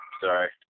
sorry